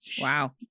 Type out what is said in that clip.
Wow